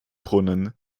brunnen